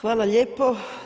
Hvala lijepo.